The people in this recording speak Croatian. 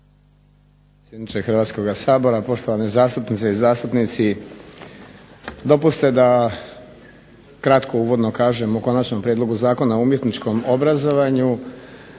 potpredsjedniče Hrvatskog sabora, poštovane zastupnice i zastupnici. Dopustite da kratko uvodno kažem o Konačnom prijedlogu Zakona o umjetničkom obrazovanju